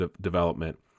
development